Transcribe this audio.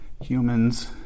humans